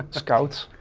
scouts.